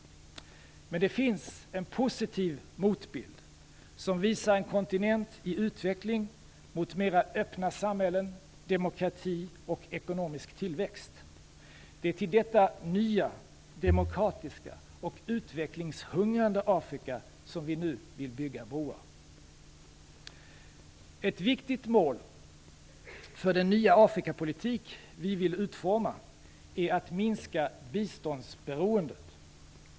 Men det finns en positiv motbild som visar en kontinent i utveckling mot mera öppna samhällen, demokrati och ekonomisk tillväxt. Det är till detta nya demokratiska och utvecklingshungrande Afrika som vi nu vill bygga broar. Ett viktigt mål för den nya Afrikapolitik som vi vill utforma är att minska biståndsberoendet.